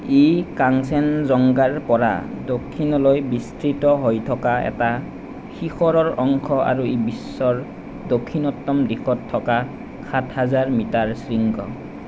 ই কাঞ্চনজংঘাৰ পৰা দক্ষিণলৈ বিস্তৃত হৈ থকা এটা শিখৰৰ অংশ আৰু ই বিশ্বৰ দক্ষিণতম দিশত থকা সাতহাজাৰ মিটাৰ শৃংগ